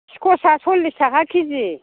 स्कवासआ सल्लिस थाखा के जि